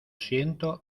siento